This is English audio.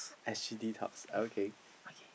S_G_D tops okay